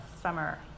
summer